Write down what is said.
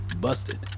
Busted